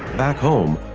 back home,